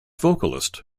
vocalist